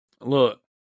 Look